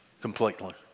completely